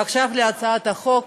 עכשיו להצעת החוק.